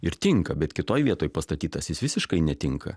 ir tinka bet kitoj vietoj pastatytas jis visiškai netinka